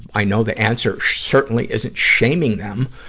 i know the answer certainly isn't shaming them.